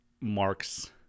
marks